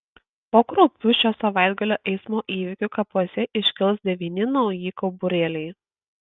po kraupių šio savaitgalio eismo įvykių kapuose iškils devyni nauji kauburėliai